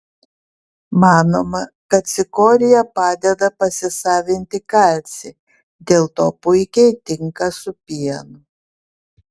manoma kad cikorija padeda pasisavinti kalcį dėl to puikiai tinka su pienu